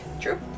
True